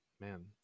Man